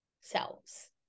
selves